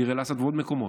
דיר אל אסד ועוד מקומות,